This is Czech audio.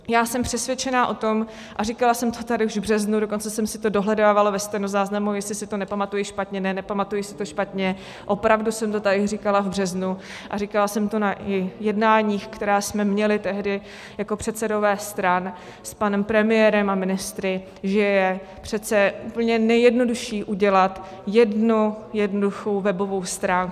Já jsem přesvědčená o tom, a říkala jsem to tady už v březnu dokonce jsem si to dohledávala ve stenozáznamu, jestli si to nepamatuji špatně, ne nepamatuji si to špatně, opravdu jsem to tady říkala v březnu a říkala jsem to i na jednáních, která jsme měli tehdy jako předsedové stran s panem premiérem a ministry že je přece úplně nejjednodušší udělat jednu jednoduchou webovou stránku.